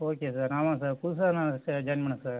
okay sir ஆமாம்ங்க sir புதுசாக நான் ச ஜாயின் பண்ணேன் சார்